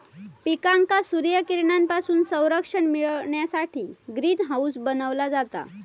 पिकांका सूर्यकिरणांपासून संरक्षण मिळण्यासाठी ग्रीन हाऊस बनवला जाता